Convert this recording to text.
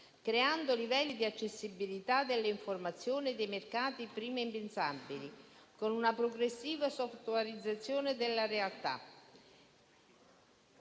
creando livelli di accessibilità delle informazioni e dei mercati prima impensabili, con una progressiva softwarizzazione della realtà.